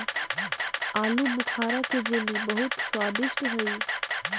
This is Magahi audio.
आलूबुखारा के जेली बहुत स्वादिष्ट हई